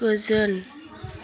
गोजोन